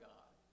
God